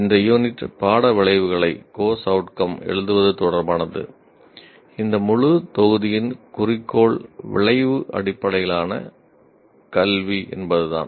இந்த யூனிட் பாட விளைவுகளை அடிப்படையிலான கல்வி என்பது தான்